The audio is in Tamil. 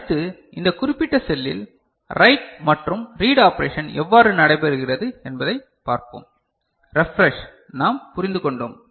அடுத்து இந்த குறிப்பிட்ட செல்லில் ரைட் மற்றும் ரீட் ஆபரேஷன் எவ்வாறு நடைபெறுகிறது என்பதைப் பார்ப்போம் ரெப்ரெஷ் நாம் புரிந்து கொண்டோம்